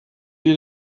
ihr